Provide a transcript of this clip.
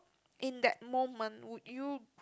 in that moment would you